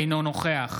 אינו נוכח